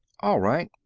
all right.